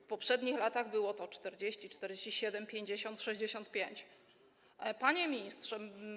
W poprzednich latach było to 40, 47, 50, 65. Panie Ministrze!